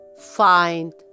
find